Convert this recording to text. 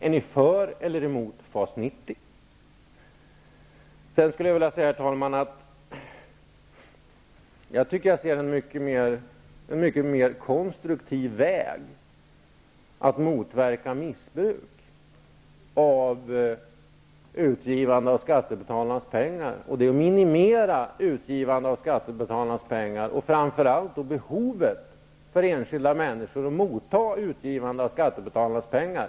Är ni för eller emot FAS Sedan skulle jag vilja säga, herr talman, att jag tycker att jag ser en mycket mer konstruktiv väg att motverka missbruk av utgivande av skattebetalarnas pengar, och det är att minimera utgivande av skattebetalarnas pengar och framför allt behovet för enskilda människor att motta utgivande av skattebetalarnas pengar.